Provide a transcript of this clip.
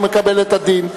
הוא מקבל את הדין.